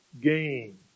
gain